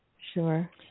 Sure